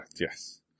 yes